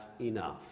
enough